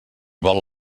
vol